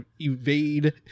evade